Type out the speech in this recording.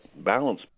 balance